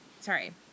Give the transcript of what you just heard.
Sorry